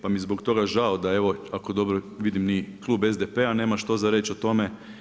Pa mi je zbog toga žao da evo, ako dobro vidim ni klub SDP-a nema što za reći o tome.